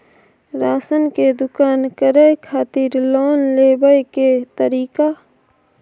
Ration के दुकान करै खातिर लोन लेबै के तरीका?